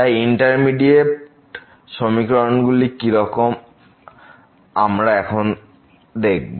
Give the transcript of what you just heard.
তাই ইন্ডিটারমিনেট সমীকরণগুলি কি রকম আমরা এখন দেখব